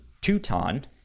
Teuton